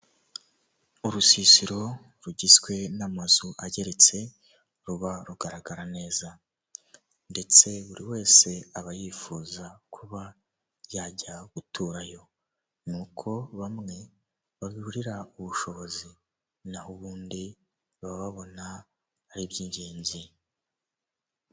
Urusisiro rugizwe n'amazu ageretse, ruba rugaragara neza. Ndetse buri wese aba yifuza kuba yajya guturayo. Ni uko bamwe babiburira ubushobozi, naho ubundi baba babona ari iby'ingenzi.